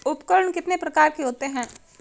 उपकरण कितने प्रकार के होते हैं?